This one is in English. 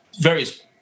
various